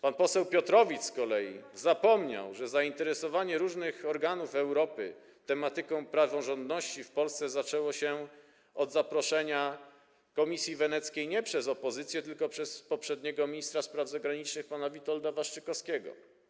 Pan poseł Piotrowicz z kolei zapomniał, że zainteresowanie różnych organów Europy tematyką praworządności w Polsce zaczęło się od zaproszenia Komisji Weneckiej nie przez opozycję, tylko przez poprzedniego ministra spraw zagranicznych pana Witolda Waszczykowskiego.